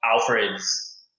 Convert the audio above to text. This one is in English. Alfred's